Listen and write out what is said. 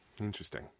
Interesting